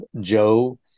Joe